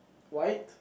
white